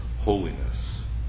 holiness